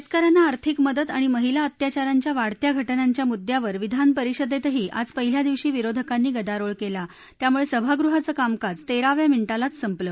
शेतकऱ्यांना आर्थिक मदत आणि महिला अत्याचारांच्या वाढत्या घटनांच्या मुद्द्यांवर विधानपरिषदेतही आज पहिल्याच दिवशी विरोधकांनी गदारोळ केला त्यामुळे सभागृहाचं कामकाज तेराव्या मिनिटालाच संपलं